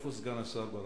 לאיפה סגן השר ברח?